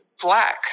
black